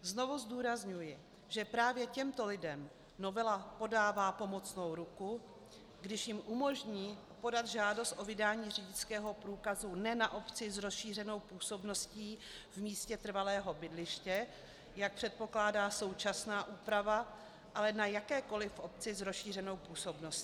Znovu zdůrazňuji, že právě těmto lidem novela podává pomocnou ruku, když jim umožní podat žádost o vydání řidičského průkazu ne na obci s rozšířenou působností v místě trvalého bydliště, jak předpokládá současná úprava, ale na jakékoliv obci s rozšířenou působností.